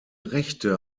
rechte